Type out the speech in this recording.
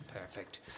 Perfect